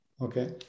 okay